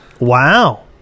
Wow